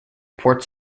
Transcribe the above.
ports